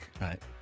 Right